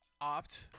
opt